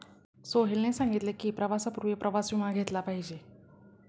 सोहेलने सांगितले की, प्रवासापूर्वी प्रवास विमा घेतला पाहिजे